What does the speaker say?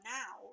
now